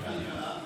כספים.